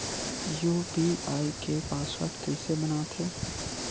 UPI के password कइसे बनाथे?